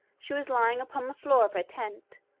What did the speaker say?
she was lying upon the floor of her tent,